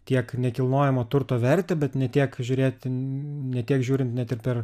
tiek nekilnojamo turto vertę bet ne tiek žiūrėti ne tiek žiūrint net ir per